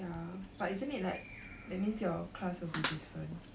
ya but isn't it like that means your class will be different